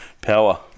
power